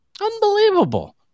Unbelievable